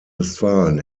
westfalen